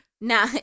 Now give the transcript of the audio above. Now